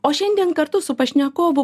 o šiandien kartu su pašnekovu